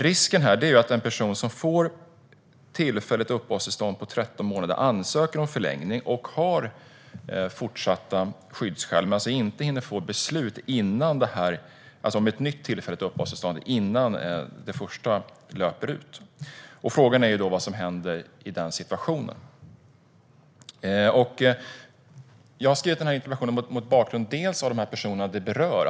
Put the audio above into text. Risken är att en person som får tillfälligt uppehållstillstånd för 13 månader ansöker om förlängning och har fortsatta skyddsskäl men inte hinner få ett beslut om ett nytt tillfälligt uppehållstillstånd innan det första löper ut. Frågan är vad som händer i den situationen. Jag har skrivit denna interpellation delvis med tanke på de personer som berörs.